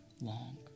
long